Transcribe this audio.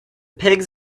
pigs